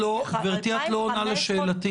את לא עונה לשאלתי.